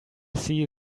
see